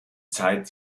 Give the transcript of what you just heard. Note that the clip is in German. zeit